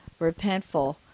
repentful